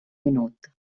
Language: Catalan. minut